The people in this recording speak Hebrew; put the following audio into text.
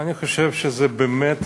אני חושב שזה באמת